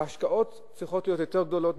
ההשקעות במלחמה בתאונות דרכים צריכות להיות יותר גדולות,